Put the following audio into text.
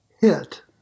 hit